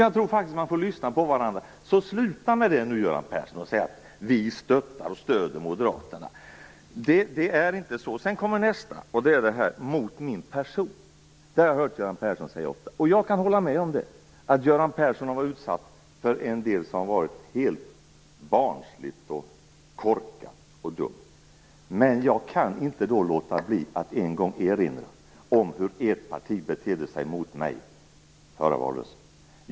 Jag tror faktiskt att man får lyssna på varandra. Så sluta nu Göran Persson med att säga att vi stöttar och stöder Moderaterna. Det är inte så. Sedan kommer nästa sak. Det är orden "mot min person". Dem har jag hört Göran Persson säga ofta. Jag kan hålla med om att Göran Persson har varit utsatt för en del som har varit helt barnsligt, korkat och dumt. Men jag kan inte låta bli att en gång erinra om hur ert parti betedde sig mot mig förra valrörelsen.